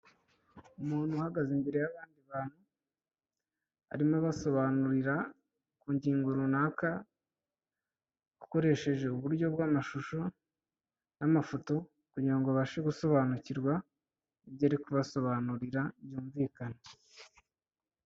Umuntu uhagaze arimo abasobanurira ku ngingo runaka akoresheje uburyo bw'amashusho n'amafoto kugira ngo babashe gusobanukirwa, ibyo ari kubasobanurira byumvikane.